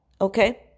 okay